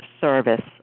service